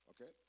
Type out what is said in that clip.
okay